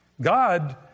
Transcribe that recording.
God